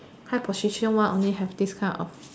high position one only have this kind of